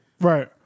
Right